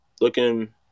looking